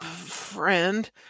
friend